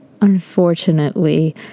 Unfortunately